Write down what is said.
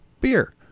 Beer